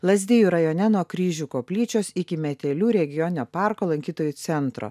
lazdijų rajone nuo kryžių koplyčios iki metelių regioninio parko lankytojų centro